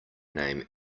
name